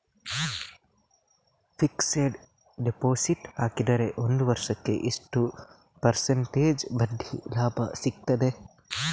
Fixed deposit ಹಾಕಿದರೆ ಒಂದು ವರ್ಷಕ್ಕೆ ಎಷ್ಟು ಪರ್ಸೆಂಟೇಜ್ ಬಡ್ಡಿ ಲಾಭ ಸಿಕ್ತದೆ?